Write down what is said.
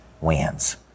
wins